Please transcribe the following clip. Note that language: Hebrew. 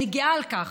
אני גאה על כך.